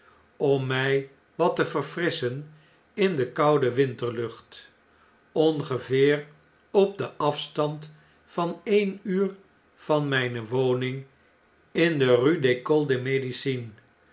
om mij wat te verfrisschen in de koude winterluch't ongeveer op den afstand van eenuur van mjjne woning in de r